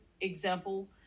example